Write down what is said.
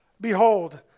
Behold